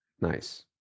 Nice